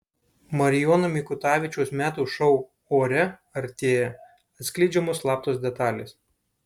marijono mikutavičiaus metų šou ore artėja atskleidžiamos slaptos detalės